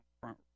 front